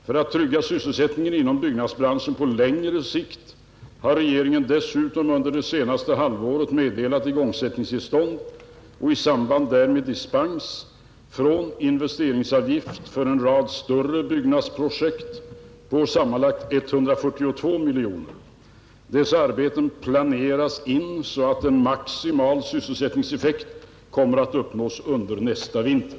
För att trygga sysselsättningen inom byggnadsbranschen på längre sikt har regeringen dessutom under det senaste halvåret meddelat igångsättningstillstånd och i samband därmed dispens från investeringsavgift för en rad större byggnadsprojekt på sammanlagt 142 miljoner kronor. Dessa arbeten planeras in så att maximal sysselsättningseffekt kommer att uppnås under nästa vinter.